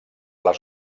les